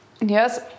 Yes